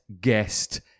guest